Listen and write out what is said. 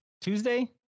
Tuesday